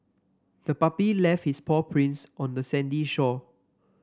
the puppy left its paw prints on the sandy shore